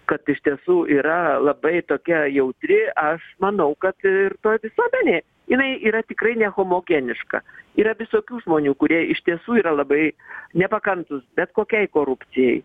kad iš tiesų yra labai tokia jautri aš manau kad toj visuomenė jinai yra tikrai nehomogeniška yra visokių žmonių kurie iš tiesų yra labai nepakantūs bet kokiai korupcijai